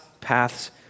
paths